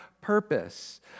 purpose